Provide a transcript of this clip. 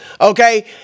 Okay